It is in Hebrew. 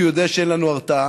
הוא יודע שאין לנו הרתעה,